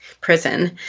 prison